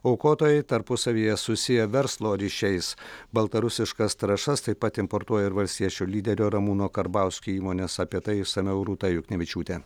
aukotojai tarpusavyje susiję verslo ryšiais baltarusiškas trąšas taip pat importuoja ir valstiečių lyderio ramūno karbauskio įmonės apie tai išsamiau rūta juknevičiūtė